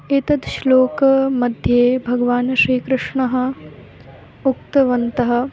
एतद् श्लोकमध्ये भगवान् श्रीकृष्णः उक्तवन्तः